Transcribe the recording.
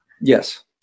Yes